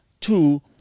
Two